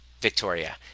Victoria